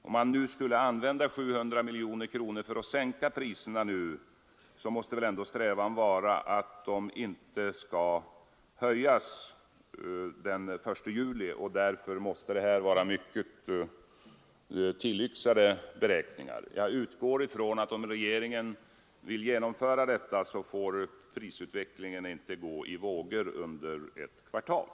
Om man skulle använda 700 miljoner för att sänka priserna nu, måste väl strävan ändå vara att priserna inte skall höjas den 1 juli. Därför måste de här beräkningarna vara mycket tillyxade. Om regeringen vill genomföra detta förslag, utgår jag från att prisutvecklingen inte får gå i vågor under ett kvartal.